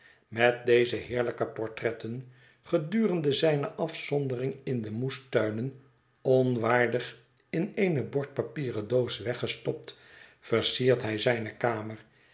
met deze heerlijke portretten gedurende zijne afzondering in de moestuinen onwaardig in eene bordpapieren doos weggestopt versiert hij zijne kamer